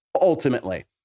ultimately